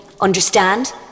Understand